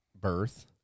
birth